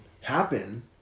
happen